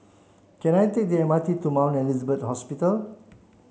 can I take the M R T to Mount Elizabeth Hospital